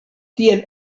tiel